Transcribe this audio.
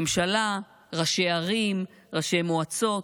ממשלה, ראשי ערים, ראשי מועצות,